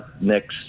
next